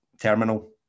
terminal